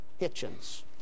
Hitchens